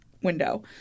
Window